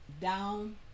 down